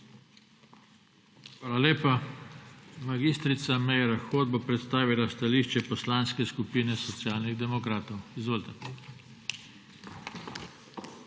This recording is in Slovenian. Hvala lepa. Mag. Meira Hot bo predstavila stališče Poslanske skupine Socialnih demokratov. Izvolite.